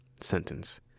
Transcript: sentence